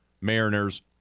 Mariners